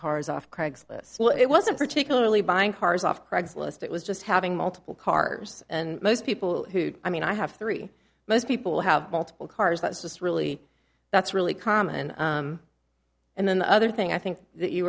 cars off craigslist so it wasn't particularly buying cars off craigslist it was just having multiple cars and most people who i mean i have three most people have multiple cars that's just really that's really common and then the other thing i think